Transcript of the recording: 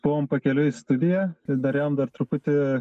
buvom pakeliui į studiją dar ėjom dar truputį